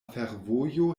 fervojo